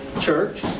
church